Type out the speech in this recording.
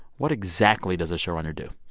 what exactly does a showrunner do?